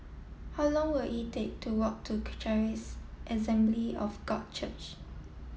how long will it take to walk to Charis Assembly of God Church